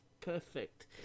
perfect